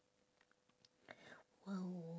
!wow!